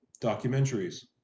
documentaries